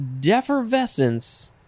defervescence